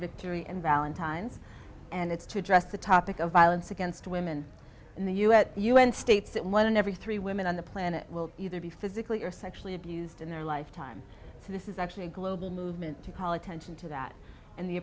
victory and valentine's and it's to address the topic of violence against women in the u s the u n states that one in every three women on the planet will either be physically or sexually abused in their lifetime so this is actually a global movement to call attention to that and the